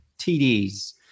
TDs